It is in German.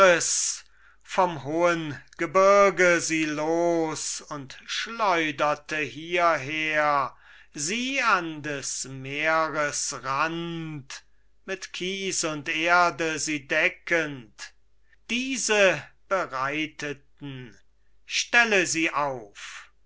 vom hohen gebirge sie los und schleuderte hierher sie an des meeres rand mit kies und erde sie deckend diese bereiteten stelle sie auf